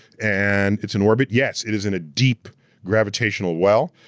and it's in orbit, yes, it is in a deep gravitational well.